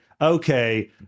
okay